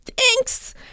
thanks